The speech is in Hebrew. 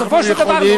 בסופו של דבר,